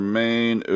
main